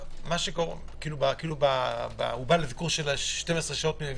הוא בא ל-12 שעות.